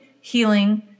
healing